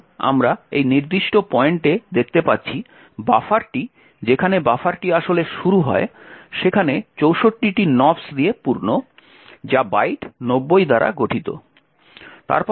এবং আমরা এই নির্দিষ্ট পয়েন্টে দেখতে পাচ্ছি বাফারটি যেখানে বাফারটি আসলে শুরু হয় সেখানে 64টি nops দিয়ে পূর্ণ যা বাইট 90 দ্বারা গঠিত